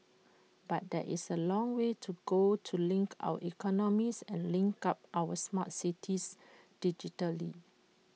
but there is A long way to go to link our economies and link up our smart cities digitally